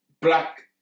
black